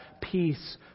peace